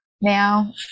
now